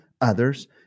others